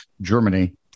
Germany